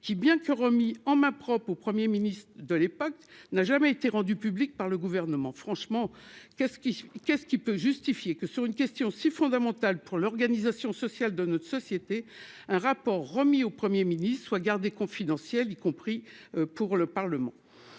qui, bien que remis en mains propres au 1er Ministre de l'époque n'a jamais été rendu public par le gouvernement, franchement qu'est-ce qui qu'est-ce qui peut justifier que sur une question si fondamentale pour l'organisation sociale de notre société, un rapport remis au Premier Ministre soit gardé confidentielles, y compris pour le Parlement,